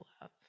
love